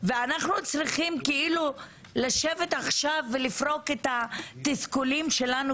ואנחנו צריכים כאילו לשבת עכשיו ולפרוק את התסכולים שלנו